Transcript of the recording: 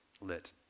lit